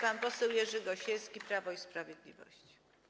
Pan poseł Jerzy Gosiewski, Prawo i Sprawiedliwość.